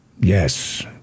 Yes